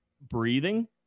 breathing